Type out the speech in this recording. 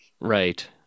Right